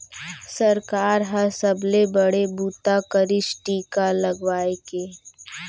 सरकार ह सबले बड़े बूता करिस टीका लगवाए के